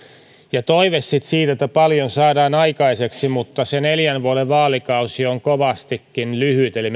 ja toive siitä että paljon saadaan aikaiseksi mutta se neljän vuoden vaalikausi on kovastikin lyhyt eli